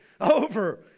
over